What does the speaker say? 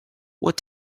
what